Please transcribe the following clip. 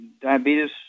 diabetes